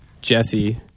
Jesse